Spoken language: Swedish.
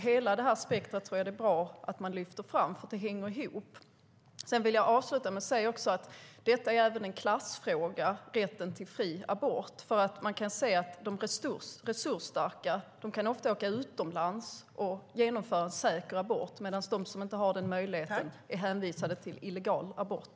Hela detta spektrum bör man lyfta fram, för det hänger ihop. Jag vill avsluta med att säga att rätten till fri abort också är en klassfråga. De resursstarka kan ofta åka utomlands och genomföra en säker abort, medan de som inte har den möjligheten är hänvisade till illegal abort.